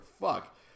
fuck